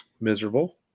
miserable